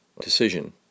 decision